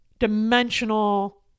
Dimensional